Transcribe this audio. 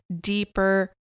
deeper